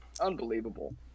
unbelievable